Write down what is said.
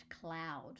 Cloud